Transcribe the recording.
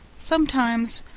sometimes,